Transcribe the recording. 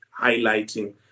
highlighting